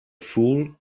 fool